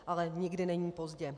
Ale nikdy není pozdě.